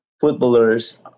footballers